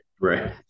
Right